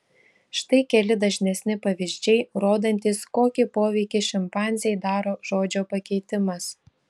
štai keli dažnesni pavyzdžiai rodantys kokį poveikį šimpanzei daro žodžio pakeitimas